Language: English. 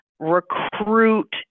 recruit